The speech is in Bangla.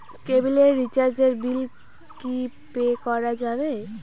কেবিলের রিচার্জের বিল কি পে করা যাবে?